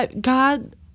God